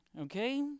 okay